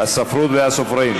הספרות והסופרים.